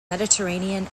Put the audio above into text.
mediterranean